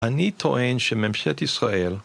אני טוען שממשלת ישראל